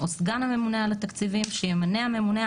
או סגן הממונה על התקציבים שימנה הממונה,